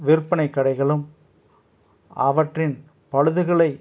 விற்பனைக் கடைகளும் அவற்றின் பழுதுகளை